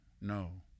no